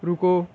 ਰੁਕੋ